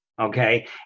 Okay